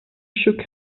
shook